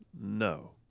no